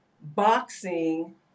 boxing